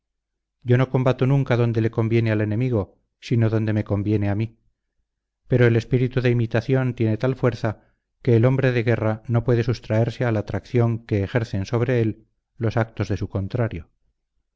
yo no combato nunca donde le conviene al enemigo sino donde me conviene a mí pero el espíritu de imitación tiene tal fuerza que el hombre de guerra no puede sustraerse a la atracción que ejercen sobre él los actos de su contrario